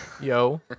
yo